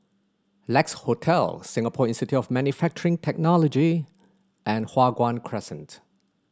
Lex Hotel Singapore Institute of Manufacturing Technology and Hua Guan Crescent